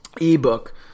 ebook